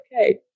okay